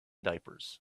diapers